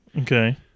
Okay